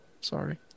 Sorry